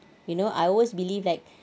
you know I always believe like